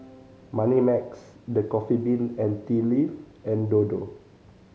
Moneymax The Coffee Bean and Tea Leaf and Dodo